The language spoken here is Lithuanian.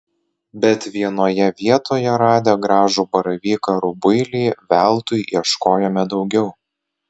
bet vienoje vietoje radę gražų baravyką rubuilį veltui ieškojome daugiau